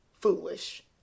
foolish